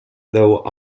though